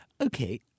Okay